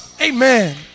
Amen